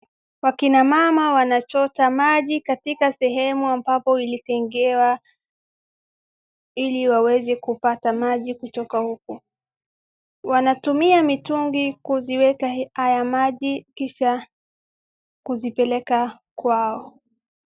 Akina mama wanachota maji katika sehemu ambapo ilitengewa ili waweze kupata maji kutoka huko. Wanatumia mitungi kuziweka hayo maji kisha kuzipeleka kwao.